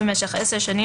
במשך עשר שנים,